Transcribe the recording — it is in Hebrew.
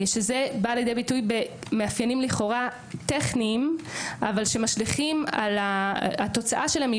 שזה בא לידי ביטוי במאפיינים לכאורה טכניים אבל שהתוצאה שלהם היא